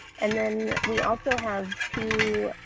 and then we also have two